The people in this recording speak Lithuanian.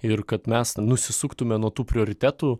ir kad mes nusisuktume nuo tų prioritetų